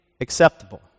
acceptable